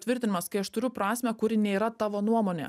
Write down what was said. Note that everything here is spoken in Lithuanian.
tvirtinimas kai aš turiu prasmę kuri nėra tavo nuomonė